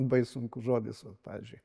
baisu žodis va pavyzdžiui